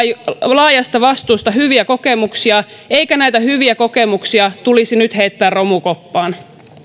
laajasta vastuusta hyviä kokemuksia eikä näitä hyviä kokemuksia tulisi nyt heittää romukoppaan